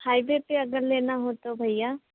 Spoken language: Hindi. हाईवे पर अगर लेना हो तो भैया